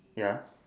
ya